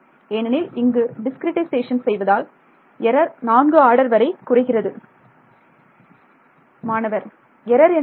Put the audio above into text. ஏனெனில் இங்கு டிஸ்கிரிட்டைசேஷன் செய்வதால் எரர் 4 ஆர்டர் வரை குறைகிறது மாணவர் எரர் என்றால்